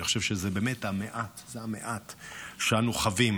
אני חושב שזה המעט שאנו חבים